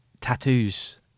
tattoos